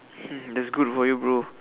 hmm that's good for you bro